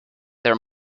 there